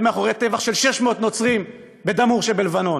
מאחורי טבח של 600 נוצרים בדאמור שבלבנון.